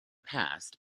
past